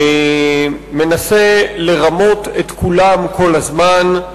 מנסה לרמות את כולם כל הזמן.